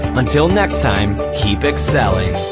until next time, keep excelling!